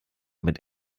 mit